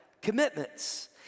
commitments